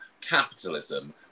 capitalism